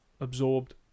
absorbed